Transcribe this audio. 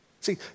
See